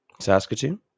Saskatoon